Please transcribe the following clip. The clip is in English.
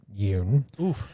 Yoon